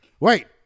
Wait